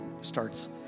starts